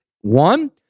one